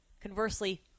conversely